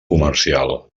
comercial